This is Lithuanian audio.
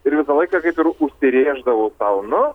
ir visą laiką kaip ir užsirėždavau sau nu